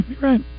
right